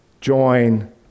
Join